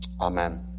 Amen